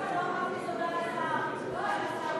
סליחה, לא אמרתי תודה לסגן השר